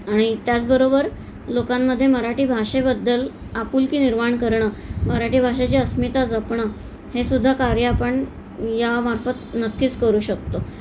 आणि त्याचबरोबर लोकांमध्ये मराठी भाषेबद्दल आपुलकी निर्माण करणं मराठी भाषेची अस्मिता जपणं हे सुुद्धा कार्य आपण यामार्फत नक्कीच करू शकतो